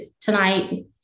tonight